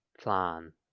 plan